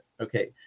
Okay